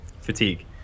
fatigue